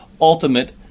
ultimate